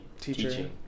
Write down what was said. teaching